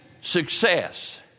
success